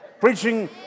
preaching